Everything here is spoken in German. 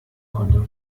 konnte